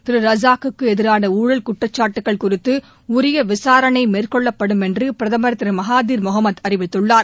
திரு ரஜாக்குக்கு எதிரான ஊழல் குற்றச்சாட்டுக்கள் குறித்து உரிய விசாரணை மேற்கொள்ளப்படும் என்று பிரதமர் திரு மகாதிர் முகமது அறிவித்துள்ளார்